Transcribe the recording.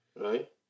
Right